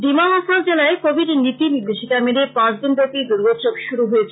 ডিমাহাসাও জেলায় কোভিড নীতি নির্দেশিকা মেনে পাঁচদিন ব্যাপী দূর্গোৎসব শুরু হয়েছে